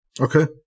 Okay